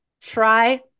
Try